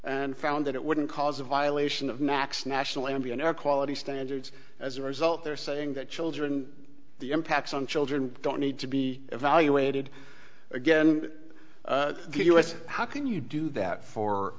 and found that it wouldn't cause a violation of next national ambient air quality standards as a result they're saying that children the impacts on children don't need to be evaluated again give us how can you do that for